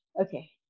Okay